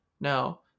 Now